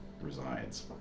resides